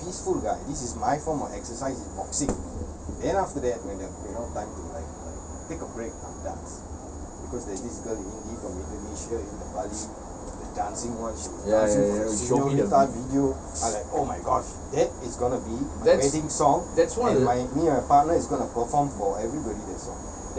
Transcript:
I'm a peaceful guy this is my form of exercise is boxing then after that when you know time to like like take a break I'll dance because there's this girl indi from indonesia in the bali the dancing one she was dancing for the senorita video I'm like oh my gosh that is gonna be my wedding song and my me and my partner is gonna perform for everybody that song